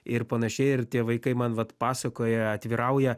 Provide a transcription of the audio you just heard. ir panašiai ir tie vaikai man vat pasakoja atvirauja